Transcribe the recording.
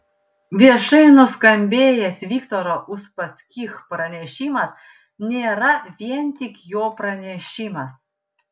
viešai nuskambėjęs viktoro uspaskich pranešimas nėra vien tik jo pranešimas